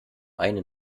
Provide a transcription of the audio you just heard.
eine